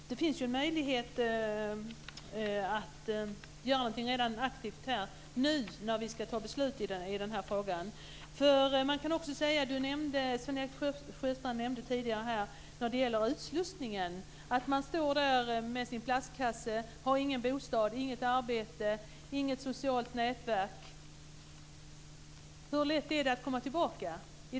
Fru talman! Det finns möjlighet att göra någonting aktivt när vi ska fatta beslut i frågan. Sven-Erik Sjöstrand talade tidigare om utslussningen. När den frigivne står där med sin plastkasse, utan bostad, utan arbete, och utan något socialt nätverk, hur lätt är det då att komma tillbaka?